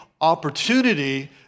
opportunity